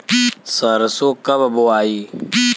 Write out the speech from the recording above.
सरसो कब बोआई?